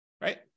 right